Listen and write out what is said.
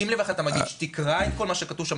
שים לב איך אתה מגיש ותקרא כל מה שכתוב שם.